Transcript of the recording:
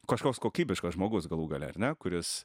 kažkoks kokybiškos žmogus galų gale ar ne kuris